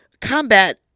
combat